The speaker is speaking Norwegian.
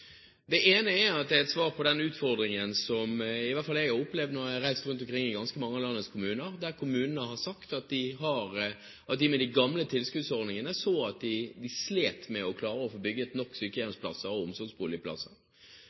Det ene er at det er et svar på den utfordringen som i hvert fall jeg har opplevd når jeg har reist rundt i ganske mange av landets kommuner, der kommunene har sagt at de med de gamle tilskuddsordningene slet med å klare å få bygget nok sykehjemsplasser og